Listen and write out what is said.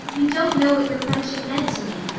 you don't know what your friendship meant to me.